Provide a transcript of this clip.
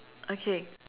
okay